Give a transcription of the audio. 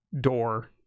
door